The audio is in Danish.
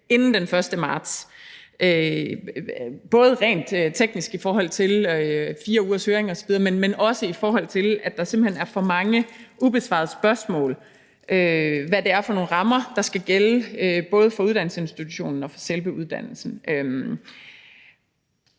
inden den 1. marts, både rent teknisk i forhold til 4 ugers høringsfrist osv., men også i forhold, at der simpelt hen er for mange ubesvarede spørgsmål. Hvad er det for nogle rammer, der skal gælde, både for uddannelsesinstitutionen og for selve uddannelsen?